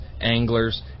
anglers